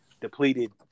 depleted